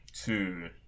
Two